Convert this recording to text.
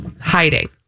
hiding